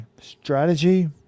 strategy